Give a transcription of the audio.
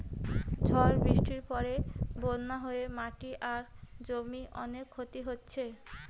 ঝড় বৃষ্টির পরে বন্যা হয়ে মাটি আর জমির অনেক ক্ষতি হইছে